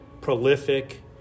prolific